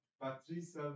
Patrice